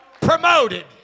promoted